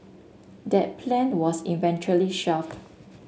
that plan was eventually shelved